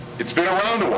it's been around a while.